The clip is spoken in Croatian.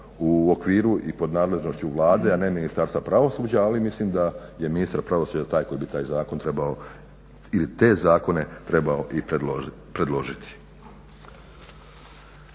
u okviru i pod nadležnošću Vlade, a ne Ministarstva pravosuđa, ali mislim da je ministar pravosuđa taj koji bi taj zakon ili te zakone trebao i predložiti.